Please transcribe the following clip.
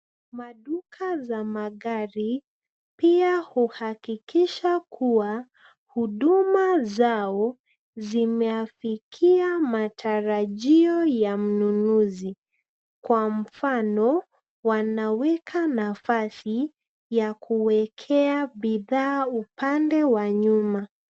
Maduka za magari pia huhakikisha kuwa huduma zao zimeafikia matarajio ya mnunuzi. Kwa mfano, wanaweka nafasi ya kuwekea bidhaa upande wa nyuma.